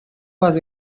was